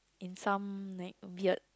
in some like weird